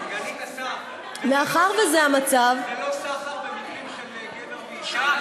סגנית השר, זה לא סחר במקרים של גבר ואישה?